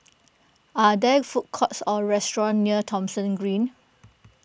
are there food courts or restaurants near Thomson Green